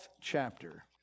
chapter